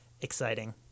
exciting